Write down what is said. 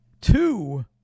two